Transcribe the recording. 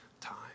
time